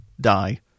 die